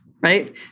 Right